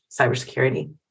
cybersecurity